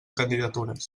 candidatures